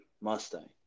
Mustang